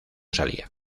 salía